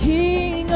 King